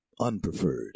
unpreferred